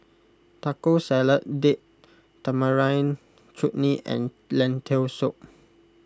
Taco Salad Date Tamarind Chutney and Lentil Soup